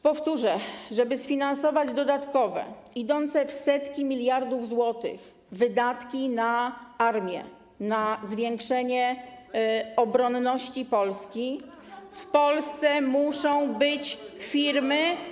Powtórzę: żeby sfinansować dodatkowe, idące w setki miliardów złotych, wydatki na armię, na zwiększenie obronności Polski, w Polsce muszą być firmy.